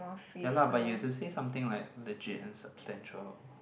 ya lah but you have to say something like legit and substantial